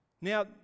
Now